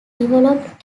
developed